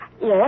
Yes